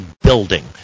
building